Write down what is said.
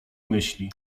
myśli